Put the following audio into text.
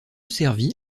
servi